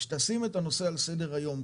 שתשים את הנושא שעל סדר היום.